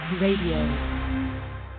Radio